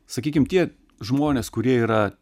sakykime tie žmonės kurie yra